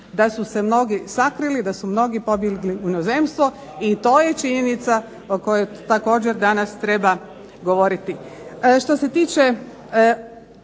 da su se mnogi sakrili, da su mnogi pobjegli u inozemstvo i to je činjenica o kojoj također danas treba govoriti. Što se tiče